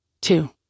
Two